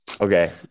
Okay